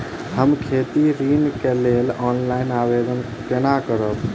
हम खेती ऋण केँ लेल ऑनलाइन आवेदन कोना करबै?